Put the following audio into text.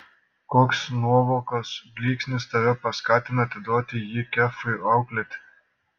koks nuovokos blyksnis tave paskatino atiduoti jį kefui auklėti